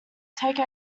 take